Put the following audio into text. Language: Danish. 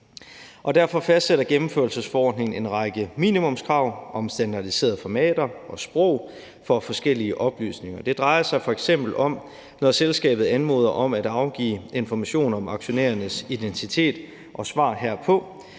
Derfor fastsætter gennemførelsesforordningen en række minimumskrav om standardiserede formater og sprog for forskellige oplysninger. Det drejer sig f.eks. om, når selskabet anmoder om at afgive informationer om aktionærernes identitet og svar herpå,